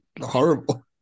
Horrible